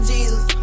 Jesus